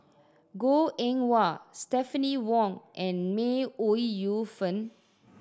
Goh Eng Wah Stephanie Wong and May Ooi Yu Fen